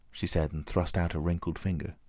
she said, and thrust out a wrinkled finger.